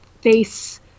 face